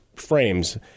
frames